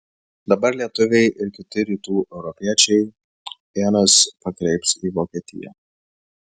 dabar lietuviai ir kiti rytų europiečiai ienas pakreips į vokietiją